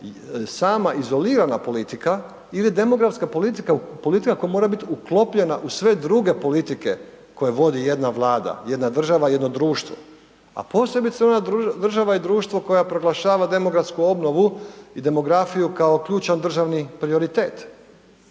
sama izolirana politika ili je demografska politika politika ako mora biti uklopljena u sve druge politike koju vodi jedna vladam, jedna država, jedno društvo a posebice ona država i društvo koja proglašava demografsku obnovu i demografiju kao ključan državni prioritet?